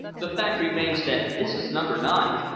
the fact remains that this is number nine,